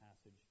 passage